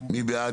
מי בעד?